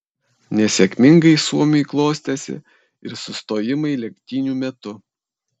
nesėkmingai suomiui klostėsi ir sustojimai lenktynių metu